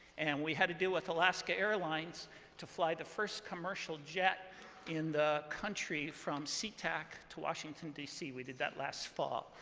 and we had a deal with alaska airlines to fly the first commercial jet in the country from seatac to washington, dc. we did that last fall.